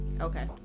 okay